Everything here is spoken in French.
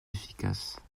efficace